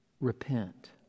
Repent